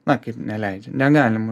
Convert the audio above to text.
na kaip neleidžia negalima